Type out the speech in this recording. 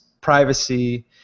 privacy